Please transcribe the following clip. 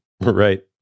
Right